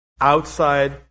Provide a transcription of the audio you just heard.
outside